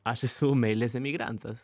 aš esu meilės emigrantas